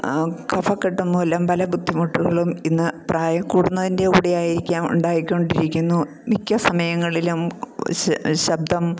കഫക്കെട്ട് മൂലം പല ബുദ്ധിമുട്ടുകളും ഇന്ന് പ്രായം കൂടുന്നതിൻ്റെ കൂടെയായിരിക്കാം ഉണ്ടായിക്കൊണ്ടിരിക്കുന്നു മിക്ക സമയങ്ങളിലും ശബ്ദം